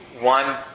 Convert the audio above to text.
one